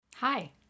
Hi